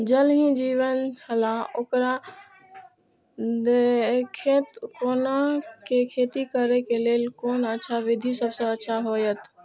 ज़ल ही जीवन छलाह ओकरा देखैत कोना के खेती करे के लेल कोन अच्छा विधि सबसँ अच्छा होयत?